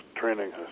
training